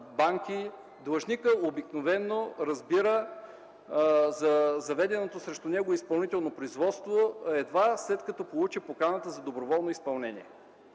банки, длъжникът обикновено разбира за заведеното срещу него изпълнително производство едва след като получи поканата за доброволно изпълнение.